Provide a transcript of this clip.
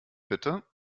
bitte